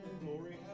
glory